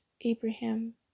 Abraham